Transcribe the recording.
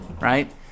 right